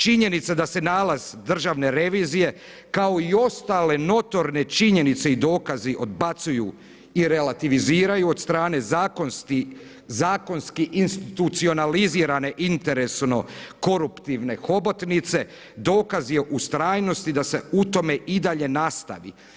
Činjenica da se nalaz državne revizije kao i ostale notorne činjenice i dokazi odbacuju i relativiziraju od strane zakonski institucionalizirane interesno koruptivne hobotnice dokaz je ustrajnosti da se u tome i dalje nastavi.